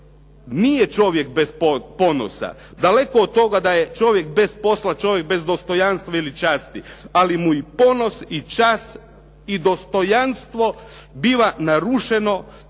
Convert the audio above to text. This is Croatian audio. nije čovjek bez ponosa. Daleko od toga da je čovjek posla, čovjek bez dostojanstva ili časti, ali mu i ponos i čast i dostojanstvo biva narušeno